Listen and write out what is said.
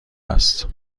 است